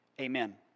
Amen